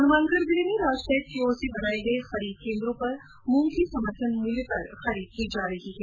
हनुमानगढ़ जिले में राजफैड की ओर से बनाए गए खरीद केन्द्रों पर मूंग की समर्थन मूल्य पर खरीद शुरू हो गई है